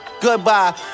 goodbye